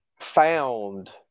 found